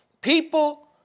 people